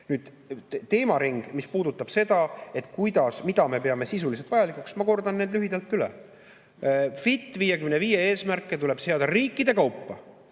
Teemaring, mis puudutab seda, mida me peame sisuliselt vajalikuks – ma kordan need lühidalt üle. "Fit 55" eesmärke tuleb seada riikide kaupa.